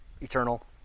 Eternal